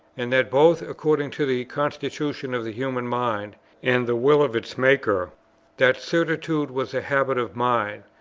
and that, both according to the constitution of the human mind and the will of its maker that certitude was a habit of mind,